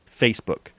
Facebook